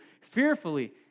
fearfully